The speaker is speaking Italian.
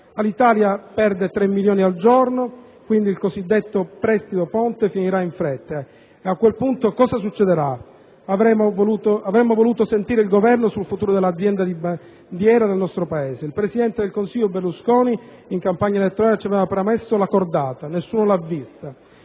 Alitalia perde 3 milioni di euro al giorno, quindi il cosiddetto prestito ponte finirà in fretta. A quel punto, cosa succederà? Avremmo voluto sentire il Governo sul futuro dell'azienda di bandiera del nostro Paese. Il presidente del Consiglio Berlusconi, in campagna elettorale, ci aveva promesso la cordata, ma nessuno l'ha vista.